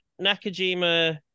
nakajima